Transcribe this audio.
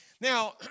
Now